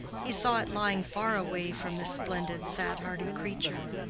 he saw it lying far away from this splendid sad-hearted creature,